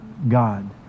God